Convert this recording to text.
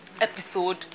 episode